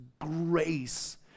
grace